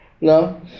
No